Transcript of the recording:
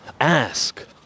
Ask